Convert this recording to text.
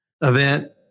event